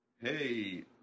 Hey